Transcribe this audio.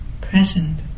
Present